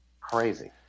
Crazy